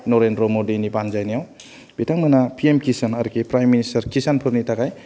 नरेनद्र मडिनि बानजायनायाव बिथांमोना फिजम किसान प्राइम मिनिस्टार किसानफोरनि थाखाय